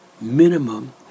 minimum